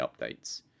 updates